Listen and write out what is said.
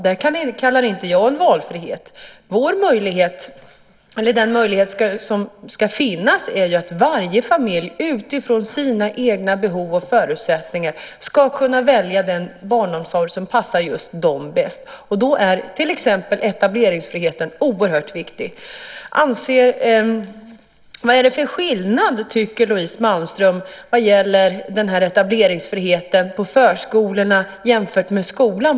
Det kallar inte jag en valfrihet. Den möjlighet som ska finnas är att varje familj utifrån sina egna behov och förutsättningar ska kunna välja den barnomsorg som passar just dem bäst. Då är till exempel etableringsfriheten oerhört viktig. Vad tycker Louise Malmström att det är för skillnad mellan etableringsfriheten för förskolorna jämfört med skolan?